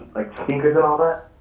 sneakers and all that.